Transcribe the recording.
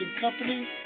Company